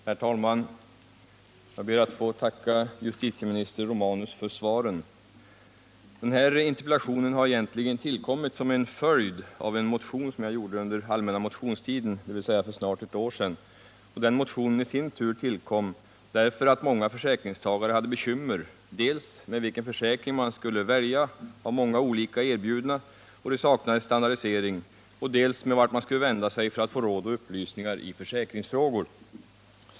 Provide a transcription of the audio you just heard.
Herr talman! Jag ber att få tacka justitieminister Sven Romanus för svaret på min interpellation. Denna tillkom egentligen som en följd av en motion som jag väckte under den allmänna motionstiden, dvs. för snårt ett år sedan. Motionen i sin tur väcktes sedan det visat sig finnas många försäkringstagare som hade bekymmer dels med vilken försäkring de skulle välja bland många erbjudna — det saknades standardisering —, dels med vart de skulle vända sig för att få råd och upplysningar i försäkringsfrågor.